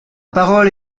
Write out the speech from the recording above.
parole